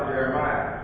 Jeremiah